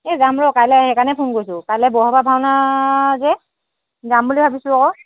এই যাম ৰ কাইলৈ সেইকাৰণেই ফোন কৰিছোঁ কাইলৈ বৰসবাহ ভাওনা যে যাম বুলি ভাবিছোঁ আকৌ